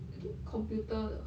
I think computer 的